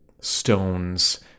stones